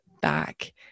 back